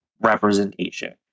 representation